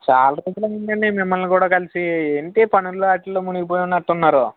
చాలా రోజులు అయ్యిందండి మిమ్మల్ని కూడా కలిసి ఎంటి పనుల్లో వాటిలో మునిగిపోయినట్టున్నారు